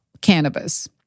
Cannabis